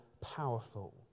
powerful